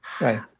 Right